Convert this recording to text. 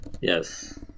Yes